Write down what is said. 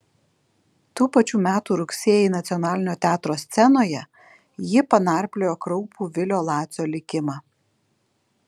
tų pačių metų rugsėjį nacionalinio teatro scenoje ji panarpliojo kraupų vilio lacio likimą